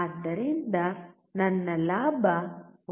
ಆದ್ದರಿಂದ ನನ್ನ ಲಾಭ 1